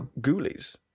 Ghoulies